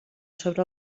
sobre